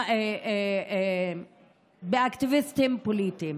באקטיביסטים פוליטיים.